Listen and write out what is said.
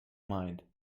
mind